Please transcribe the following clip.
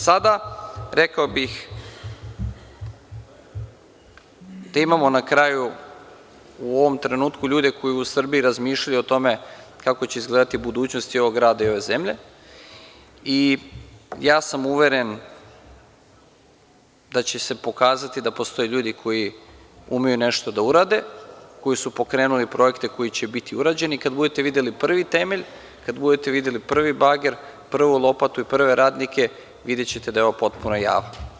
Sada, rekao bih da imamo na kraju u ovom trenutku ljude koji u Srbiji razmišljaju o tome kako će izgledati budućnost i ovog grada i ove zemlje i ja sam uveren da će se pokazati da postoje ljudi koji umeju nešto da urade, koji su pokrenuli projekte koji će biti urađeni i kada budete videli prvi temelj, prvi bager, prvu lopatu i prve radnike, videćete da je ovo potpuno javno.